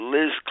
Liz